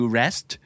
rest